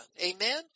Amen